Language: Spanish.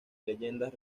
leyendas